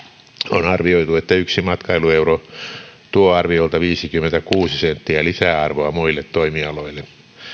on arvioitu että yksi matkailueuro tuo arviolta viisikymmentäkuusi senttiä lisäarvoa muille toimialoille